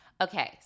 Okay